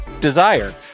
Desire